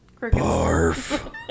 Barf